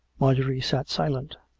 mar j orie sat silent.